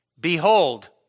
Behold